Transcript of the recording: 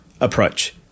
approach